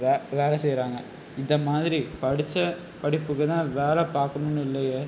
வே வேலை செய்கிறாங்க இதை மாதிரி படித்த படிப்புக்கு தான் வேலை பார்க்கணுன்னு இல்லையே